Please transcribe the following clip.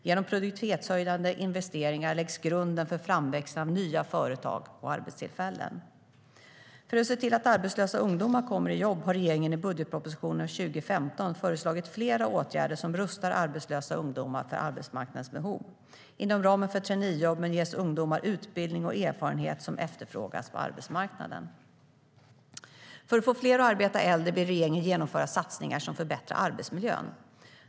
Genom produktivitetshöjande investeringar läggs grunden för framväxt av nya företag och arbetstillfällen. För att se till att arbetslösa ungdomar kommer i jobb har regeringen i budgetpropositionen 2015 föreslagit flera åtgärder som rustar arbetslösa ungdomar för arbetsmarknadens behov. Inom ramen för traineejobben ges ungdomar utbildning och erfarenhet som efterfrågas på arbetsmarknaden. För att få fler äldre att arbeta längre vill regeringen genomföra satsningar som förbättrar arbetsmiljön.